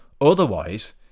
Otherwise